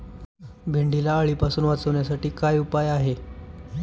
भेंडीला अळीपासून वाचवण्यासाठी काय उपाय आहे?